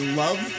love